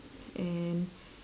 and